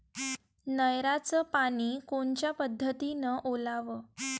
नयराचं पानी कोनच्या पद्धतीनं ओलाव?